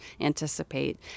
anticipate